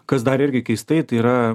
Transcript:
kas dar irgi keistai tai yra